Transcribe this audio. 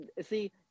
see